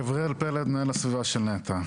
גבריאל פלד, מנהל הסביבה של נת"ע.